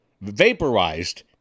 vaporized